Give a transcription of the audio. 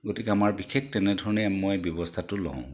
গতিকে আমাৰ বিশেষ তেনেধৰণে মই ব্যৱস্থাটো লওঁ